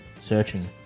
searching